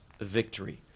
victory